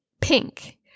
Pink